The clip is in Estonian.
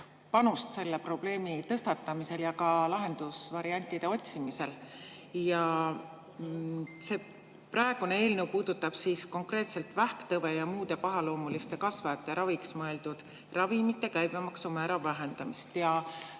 panust selle probleemi tõstatamisel ja lahendusvariantide otsimisel. Praegune eelnõu puudutab konkreetselt vähktõve ja muude pahaloomuliste kasvajate raviks mõeldud ravimite käibemaksumäära vähendamist.